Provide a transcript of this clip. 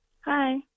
Hi